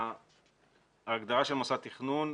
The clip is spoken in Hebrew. ההגדרה של מוסד תכנון,